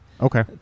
okay